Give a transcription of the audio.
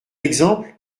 exemple